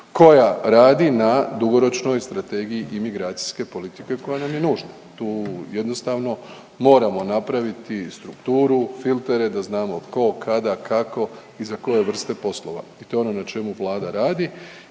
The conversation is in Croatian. koja radi na dugoročnoj strategiji imigracijske politike koja nam je nužna. Tu jednostavno moramo napraviti strukturu, filtere da znamo tko, kada, kako i za koje vrste poslova i to je ono na čemu Vlada radi